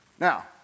Now